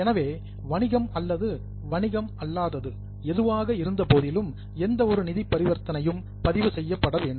எனவே வணிகம் அல்லது வணிகம் அல்லாதது எதுவாக இருந்தபோதிலும் எந்த ஒரு நிதி பரிவர்த்தனையும் பதிவு செய்யப்பட வேண்டும்